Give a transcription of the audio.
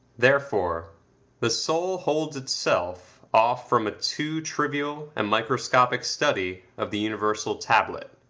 therefore the soul holds itself off from a too trivial and microscopic study of the universal tablet.